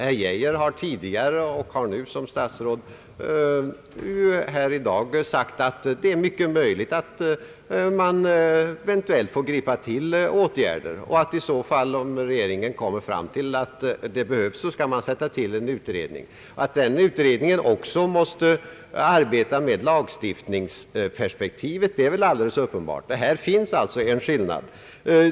Herr Geijer har tidigare och nu som statsråd här i dag sagt att det är mycket möjligt att man får tillgripa åtgärder och att man i så fall, om regeringen bedömer att det behövs, skall tillsätta en utredning. Att den utredningen också måste arbeta med lagstiftningsperspektivet är väl alldeles uppenbart. Här finns alltså en skillnad.